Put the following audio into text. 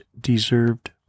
deserved